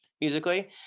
musically